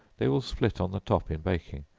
they will split on the top in baking,